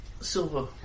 Silver